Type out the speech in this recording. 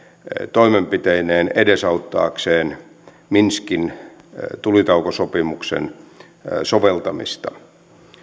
toimenpiteineen edesauttaakseen minskin tulitaukosopimuksen soveltamista